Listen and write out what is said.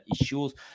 issues